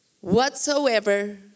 whatsoever